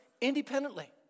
independently